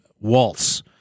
Waltz